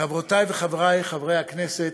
חברותי וחברי חברי הכנסת,